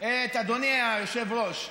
את אדוני היושב-ראש וחבריי: